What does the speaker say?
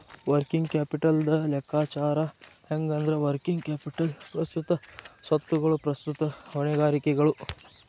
working ಕ್ಯಾಪಿಟಲ್ದ್ ಲೆಕ್ಕಾಚಾರ ಹೆಂಗಂದ್ರ, ವರ್ಕಿಂಗ್ ಕ್ಯಾಪಿಟಲ್ ಪ್ರಸ್ತುತ ಸ್ವತ್ತುಗಳು ಪ್ರಸ್ತುತ ಹೊಣೆಗಾರಿಕೆಗಳು